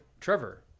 Trevor